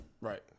Right